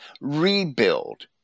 rebuild